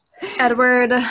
Edward